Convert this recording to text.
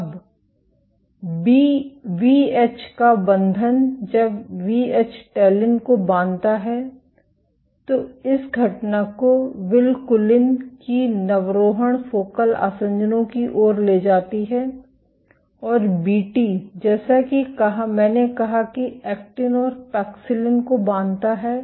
अब वीएच का बंधन जब वीएच टैलिन को बांधता है तो इस घटना को विलकुलिन की नवरोहण फोकल आसंजनों की ओर ले जाती है और वीटी जैसा कि मैंने कहा कि एक्टिन और पैक्सिलिन को बांधता है